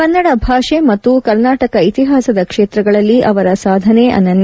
ಕನ್ನಡ ಭಾಷೆ ಮತ್ತು ಕರ್ನಾಟಕ ಇತಿಹಾಸದ ಕ್ಷೇತ್ರಗಳಲ್ಲಿ ಅವರ ಸಾಧನೆ ಅನನ್ನ